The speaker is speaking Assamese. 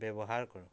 ব্যৱহাৰ কৰোঁ